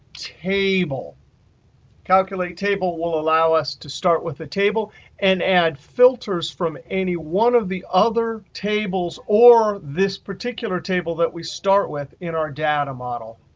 calculatetable will allow us to start with a table and add filters from any one of the other tables or this particular table that we start with in our data model.